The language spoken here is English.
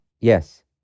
Yes